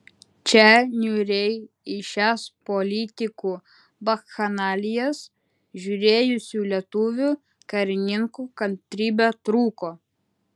čia niūriai į šias politikų bakchanalijas žiūrėjusių lietuvių karininkų kantrybė trūko